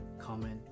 comment